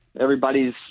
everybody's